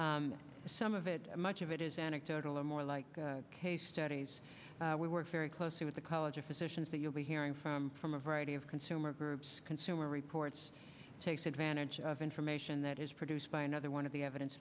some of it much of it is anecdotal or more like case studies we work very closely with the college of physicians that you'll be hearing from from a variety of consumer groups consumer reports takes advantage of information that is produced by another one of the evidence